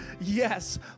yes